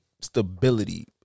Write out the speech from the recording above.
stability